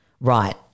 Right